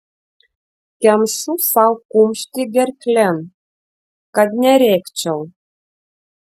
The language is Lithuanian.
kemšu sau kumštį gerklėn kad nerėkčiau